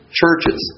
churches